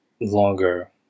longer